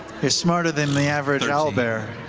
he's smarter than the average and owlbear.